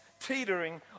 teetering